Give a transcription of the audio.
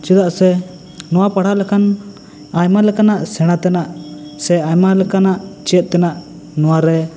ᱪᱮᱫᱟᱜ ᱥᱮ ᱱᱚᱣᱟ ᱯᱟᱲᱦᱟᱣ ᱞᱮᱠᱷᱟᱱ ᱟᱭᱢᱟ ᱞᱮᱠᱟᱱᱟᱜ ᱥᱮᱬᱟ ᱛᱮᱱᱟᱜ ᱥᱮ ᱟᱭᱢᱟ ᱞᱮᱠᱟᱱᱟᱜ ᱪᱮᱫ ᱛᱮᱱᱟᱜ ᱱᱚᱣᱟ ᱨᱮ